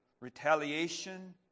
retaliation